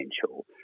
potential